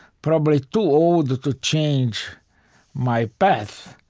probably too old to change my path.